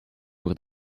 voor